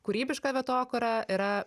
kūrybiška vietokūra yra